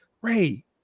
Ray